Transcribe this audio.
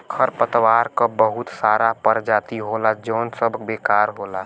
खरपतवार क बहुत सारा परजाती होला जौन सब बेकार होला